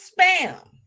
spam